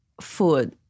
food